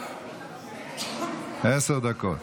עשר דקות,